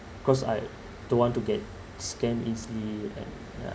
cause I don't want to get scammed easily and uh